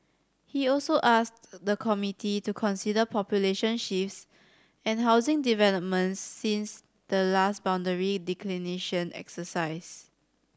he also asked the committee to consider population shifts and housing developments since the last boundary delineation exercise